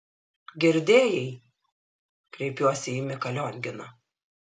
girdėjai kreipiuosi į miką lionginą